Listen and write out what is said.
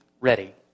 ready